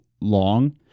long